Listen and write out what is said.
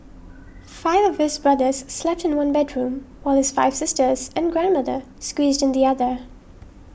five of his brothers slept in one bedroom while his five sisters and grandmother squeezed in the other